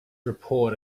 report